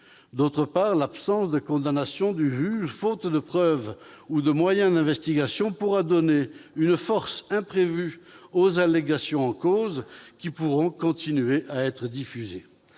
ailleurs, l'absence de condamnation du juge, faute de preuves ou de moyens d'investigation, pourra donner une force imprévue aux allégations en cause, qui pourront continuer à être diffusées.